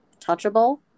touchable